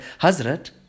Hazrat